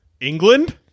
England